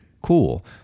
Cool